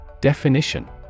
Definition